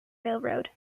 railroad